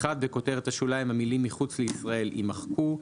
(1)בכותרת השוליים, המילים "מחוץ לישראל" יימחקו.